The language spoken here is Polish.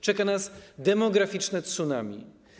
Czeka nas demograficzne tsunami.